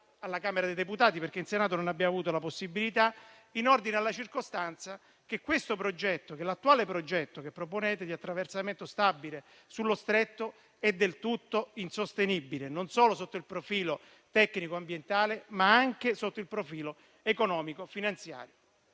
alla Camera dei deputati, perché in Senato non abbiamo avuto la possibilità di svolgerle), in ordine alla circostanza che l'attuale progetto che proponete di attraversamento stabile sullo Stretto è del tutto insostenibile non solo sotto il profilo tecnico-ambientale, ma anche sotto quello economico-finanziario.